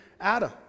Adam